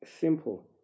Simple